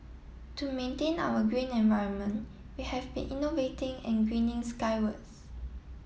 to maintain our green environment we have been innovating and greening skywards